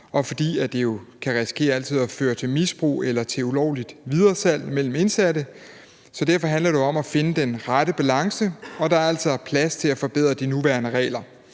og fordi det jo altid kan risikere at føre til misbrug eller ulovligt videresalg mellem indsatte. Så derfor handler det jo om at finde den rette balance, og der er altså plads til at forbedre de nuværende regler.